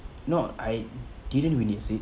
no I didn't really see it